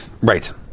Right